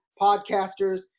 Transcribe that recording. podcasters